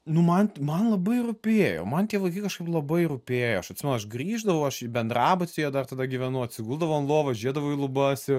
nu man man labai rūpėjo man tie vaikai kažkaip labai rūpėjo aš atsimenu aš grįždavau aš bendrabutyje dar tada gyvenau atsiguldavau lovos žiūrėdavau į lubas